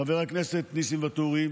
חבר הכנסת ניסים ואטורי,